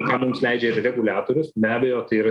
ką mums leidžia ir reguliatorius be abejo tai yra